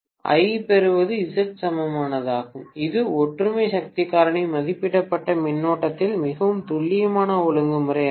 I பெறுவது Z சமமானதாகும் இது ஒற்றுமை சக்தி காரணி மதிப்பிடப்பட்ட மின்னோட்டத்தில் மிகவும் துல்லியமான ஒழுங்குமுறை ஆகும்